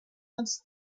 els